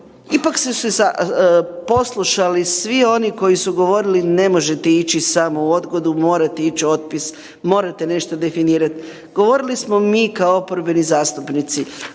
ipak su se poslušali svi oni koji su govorili ne možete ići samo u odgodu morate ići u otpis, morate nešto definirati. Govorili smo mi kao oporbeni zastupnici,